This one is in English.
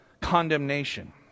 condemnation